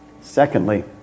Secondly